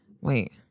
wait